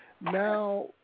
now